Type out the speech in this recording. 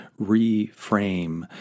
reframe